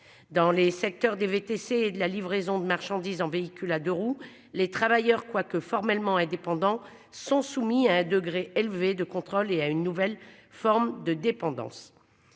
dans les secteurs des VTC de la livraison de marchandises en véhicules à 2 roues. Les travailleurs quoique formellement indépendants sont soumis à un degré élevé de contrôle et à une nouvelle forme de dépendance.